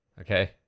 Okay